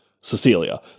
Cecilia